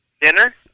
dinner